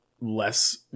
less